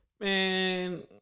man